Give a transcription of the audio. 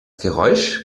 geräusch